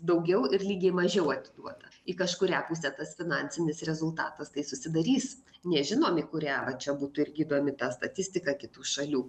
daugiau ir lygiai mažiau atiduota į kažkurią pusę tas finansinis rezultatas tai susidarys nežinom į kurią va čia būtų irgi įdomi ta statistika kitų šalių